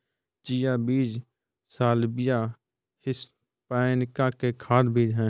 chia बीज Salvia hispanica के खाद्य बीज हैं